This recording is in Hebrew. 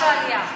ועלייה.